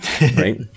Right